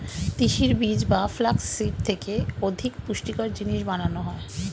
তিসির বীজ বা ফ্লাক্স সিড থেকে অধিক পুষ্টিকর জিনিস বানানো হয়